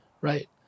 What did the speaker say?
right